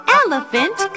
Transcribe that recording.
elephant